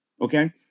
okay